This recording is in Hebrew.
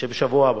שבשבוע הבא,